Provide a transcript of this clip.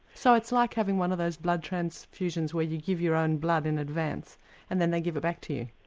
so it's like having one of those blood transfusions where you give your own blood in advance and then they give it back to you?